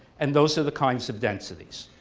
and those are the kinds of densities.